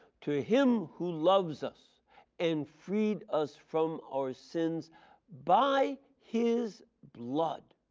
to him who loves us and freed us from our sins by his blood,